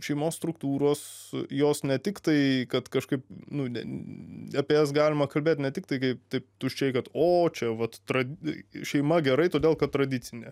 šeimos struktūros jos ne tik tai kad kažkaip nu apie jas galima kalbėt ne tiktai kaip taip tuščiai kad o čia vat tradi šeima gerai todėl kad tradicinė